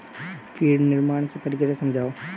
feed निर्माण की प्रक्रिया समझाओ